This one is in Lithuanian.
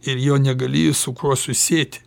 ir jo negali su kuo susieti